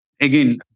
Again